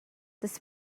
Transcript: this